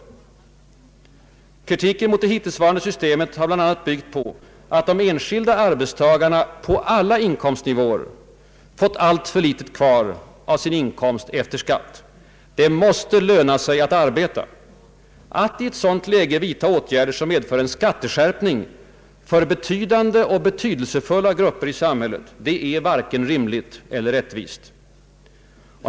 Kritiken mot det hittillsvarande systemet har bl.a. byggt på att den enskilde arbetstagaren på alla inkomstnivåer får alltför litet kvar av sin inkomst efter skatt. Det måste löna sig att arbeta. Att i ett sådant läge vidta åtgärder som medför skatteskärpning för betydande och betydelsefulla grupper i samhället är varken rimligt eller rättvist.